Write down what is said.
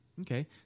Okay